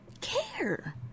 care